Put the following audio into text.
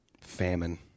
famine